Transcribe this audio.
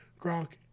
Gronk